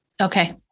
Okay